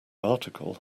article